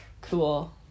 cool